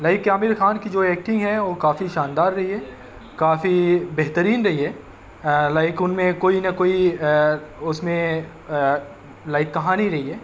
like کی عامر خان کی جو ایکٹنگ ہے وہ کافی شاندار رہی ہے کافی بہترین رہی ہے لائک ان میں کوئی نہ کوئی اس میں لائک کہانی رہی ہے